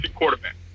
quarterback